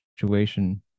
situation